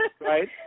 Right